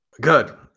good